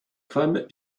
femme